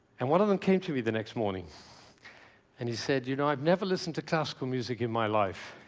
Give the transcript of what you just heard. and one of them came to me the next morning and he said, you know, i've never listened to classical music in my life,